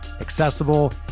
accessible